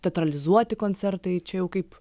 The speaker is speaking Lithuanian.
teatralizuoti koncertai čia jau kaip